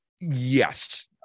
Yes